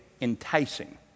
enticing